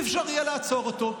לא יהיה אפשר לעצור אותו.